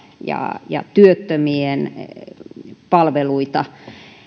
ja ja työttömien palveluita